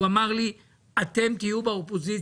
הוא אמר לי: אתם תהיו באופוזיציה,